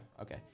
Okay